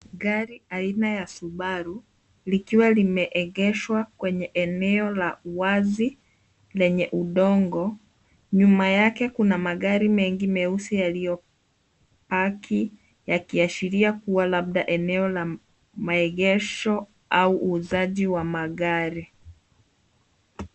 Gari aina ya Subaru likiwa limeegeshwa kwenye eneo la wazi lenye udongo. Nyuma yake kuna magari mengi meusi yalio paki yakiashiria kuwa labda eneo la maegesho au uuzaji wa magari.